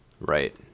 Right